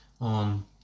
on